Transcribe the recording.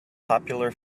popular